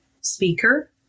speaker